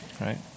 right